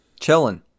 chillin